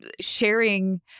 sharing